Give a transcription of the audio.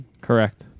Correct